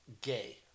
gay